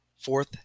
fourth